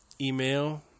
email